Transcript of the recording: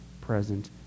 present